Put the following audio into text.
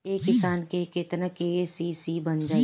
एक किसान के केतना के.सी.सी बन जाइ?